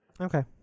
Okay